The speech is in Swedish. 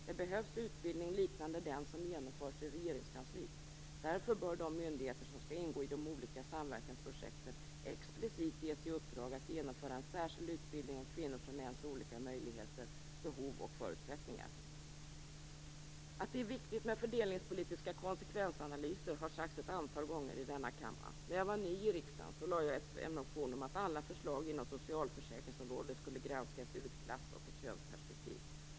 Det behövs utbildning liknande den som genomförs i regeringskansliet. Därför bör de myndigheter som skall ingå i de olika samverkansprojekten explicit ges i uppdrag att genomföra en särskild utbildning om kvinnors och mäns olika möjligheter, behov och förutsättningar. Att det är viktigt med fördelningspolitiska konsekvensanalyser har sagts ett antal gånger i denna kammare. När jag var ny i riksdagen väckte jag en motion om att alla förslag inom socialförsäkringsområdet skulle granskas ur ett klass och könsperspektiv.